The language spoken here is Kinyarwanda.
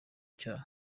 icyaha